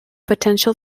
potential